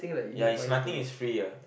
ya is nothing is free ah